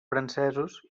francesos